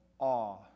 awe